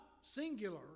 singular